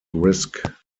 risk